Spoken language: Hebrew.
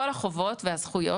כל החובות והזכויות,